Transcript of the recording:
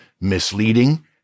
misleading